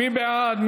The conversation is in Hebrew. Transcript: מי בעד?